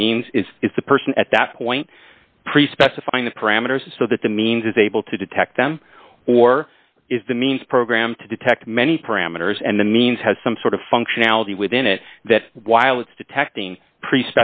the means is the person at that point pre specified the parameters so that the means is able to detect them or is the means program to detect many parameters and the means has some sort of functionality within it that while it's detecting pre